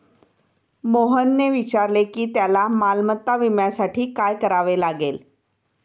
मोहनने विचारले की त्याला मालमत्ता विम्यासाठी काय करावे लागेल?